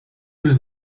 was